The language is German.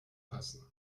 passen